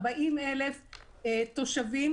40,000 תושבים,